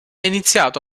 iniziato